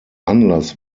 anlass